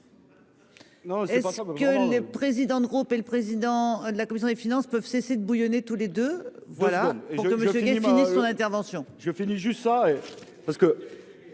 ensemble que les présidents de groupe et le président de la commission des finances peuvent cesser de bouillonner tous les deux, voilà pourquoi monsieur Guelfi Ministre d'intervention. Je finis juste ça